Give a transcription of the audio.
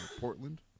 Portland